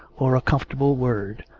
or a comfortable word,